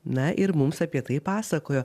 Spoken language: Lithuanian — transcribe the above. na ir mums apie tai pasakojo